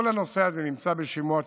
כל הנושא הזה נמצא בשימוע ציבורי,